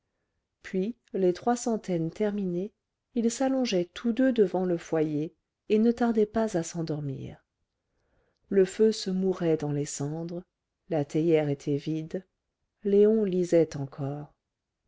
puis les trois centaines terminées ils s'allongeaient tous deux devant le foyer et ne tardaient pas à s'endormir le feu se mourait dans les cendres la théière était vide léon lisait encore